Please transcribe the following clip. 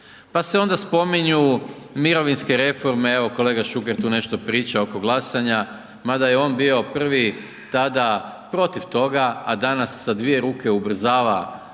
Pa se onda spominju mirovinske reforme, evo kolega Šuker tu nešto priča oko glasanja, ma da je on bio prvi tada protiv toga, a danas sa dvije ruke ubrzava